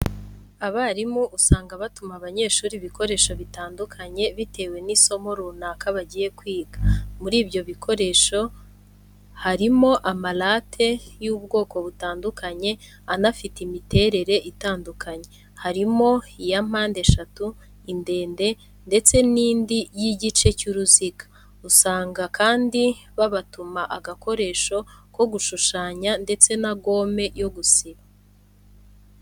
Abarimu usanga batuma abanyeshuri ibikoresho bitandukanye bitewe n'isomo runaka bagiye kwiga, muri ibyo bikoresho barimo ama late y'ubwoko butandukanye anafite imiterere itandukanye, harimo iya mpande eshatu, indende, ndetse nindi y'igice cy'uruziga, usanga kandi babatuma agakoresho ko gushushanya ndetse na gome yo gusiba.